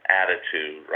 attitude